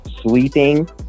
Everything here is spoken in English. sleeping